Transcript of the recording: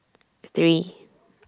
three